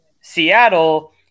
Seattle